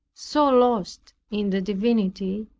so lost in the divinity,